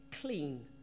clean